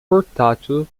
portátil